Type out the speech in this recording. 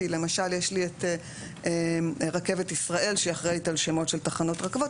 כי למשל יש לי את רכבת ישראל שהיא אחראית על שמות של תחנות רכבות.